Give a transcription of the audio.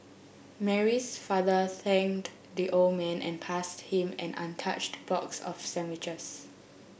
Mary's father thanked the old man and passed him an untouched box of sandwiches